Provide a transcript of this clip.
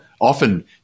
often